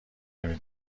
نمی